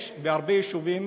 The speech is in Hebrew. יש בהרבה יישובים